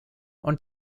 und